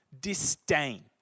disdain